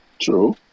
True